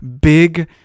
Big